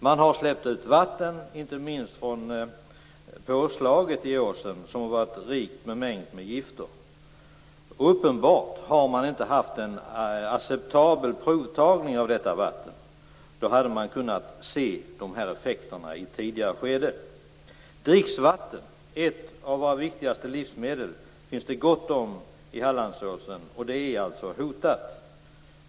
Man har släppt ut vatten, inte minst från påslaget i åsen, som har varit rikt bemängt med gifter. Uppenbarligen har man inte haft en acceptabel provtagning av detta vatten. Då hade man kunnat se effekterna i ett tidigare skede. Dricksvatten, ett av våra viktigaste livsmedel, finns det gott om i Hallandsåsen. Det är alltså hotat nu.